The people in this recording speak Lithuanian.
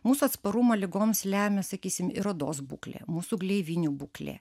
mūsų atsparumą ligoms lemia sakysim ir odos būklė mūsų gleivinių būklė